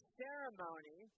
ceremony